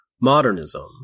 modernism